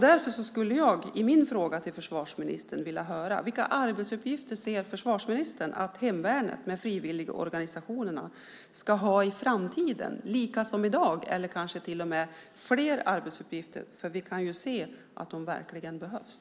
Därför vill jag fråga försvarsministern vilka arbetsuppgifter försvarsministern anser att hemvärnet, med frivilligorganisationerna, ska ha i framtiden. Ska de vara desamma som i dag eller ska de kanske till och med ha fler arbetsuppgifter? Vi ser ju att hemvärnet verkligen behövs.